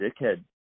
dickhead